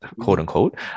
quote-unquote